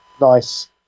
nice